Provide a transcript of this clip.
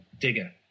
digger